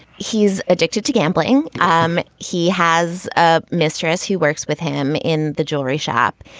he's addicted to gambling. um he has a mistress. he works with him in the jewelry shop.